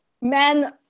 men